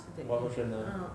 pass motion ah